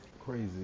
crazy